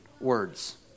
words